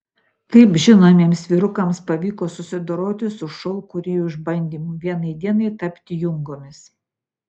kaip žinomiems vyrukams pavyko susidoroti su šou kūrėjų išbandymu vienai dienai tapti jungomis